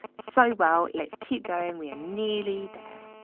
so well. let's keep going. we are nearly there.